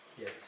Yes